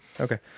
Okay